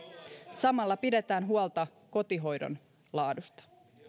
samalla pidetään huolta kotihoidon laadusta